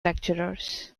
lecturers